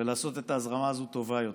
ולעשות את ההזרמה הזאת טובה יותר,